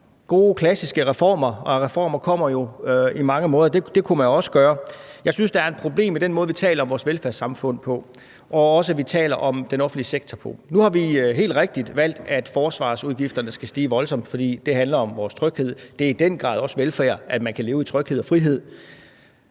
klassiske reformer. Reformer kommer jo på mange måder. Det kunne man også gøre. Jeg synes, at der er et problem med den måde, vi taler om vores velfærdssamfund på, og også den måde, vi taler om den offentlige sektor på. Nu har vi helt rigtigt valgt, at forsvarsudgifterne skal stige voldsomt, fordi det handler om vores tryghed, og det er i den grad også velfærd, at man kan leve i tryghed og frihed.